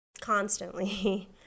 constantly